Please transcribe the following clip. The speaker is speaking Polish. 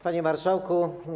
Panie Marszałku!